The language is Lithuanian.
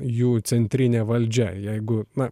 jų centrinė valdžia jeigu na